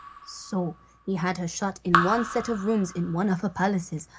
so he had her shut in one set of rooms in one of her palaces,